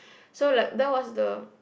so like that was the